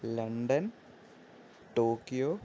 London Tokyo